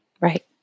Right